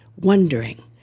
wondering